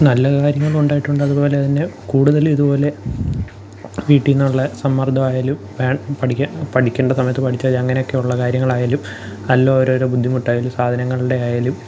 നല്ല കാര്യങ്ങളുമുണ്ടായിട്ടുണ്ട് അതുപോലെതന്നെ കൂടുതലുമിതുപോലെ വീട്ടില്നിന്നുള്ള സമ്മർദ്ദമായാലും പഠിക്കാൻ പഠിക്കേണ്ട സമയത്ത് പഠിച്ചാല്മതി അങ്ങനെയൊക്കെയുള്ള കാര്യങ്ങളായാലും അല്ലോരോ ബുദ്ധിമുട്ടായാലും സാധനങ്ങളുടെ ആയാലും